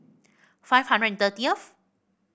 five hundred and thirtieth